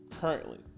currently